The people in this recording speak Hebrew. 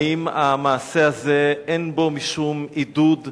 האם המעשה הזה אין בו משום עידוד למגמת,